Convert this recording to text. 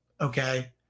Okay